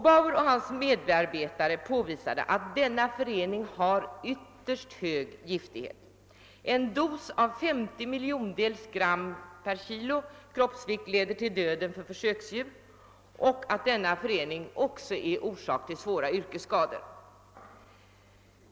Bauer och hans medarbetare påvisade att denna förening har ytterst hög giftighet — en dos av 50 miljondels gram per kg kroppsvikt leder till döden för försöksdjur, och föreningen är orsak till svåra yrkesskador.